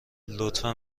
لطفا